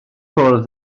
cwrdd